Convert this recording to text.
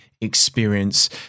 experience